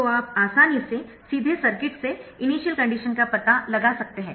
तो आप आसानी से सीधे सर्किट से इनिशियल कंडीशन का पता लगा सकते है